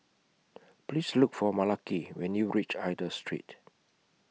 Please Look For Malaki when YOU REACH Aida Street